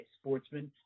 Sportsman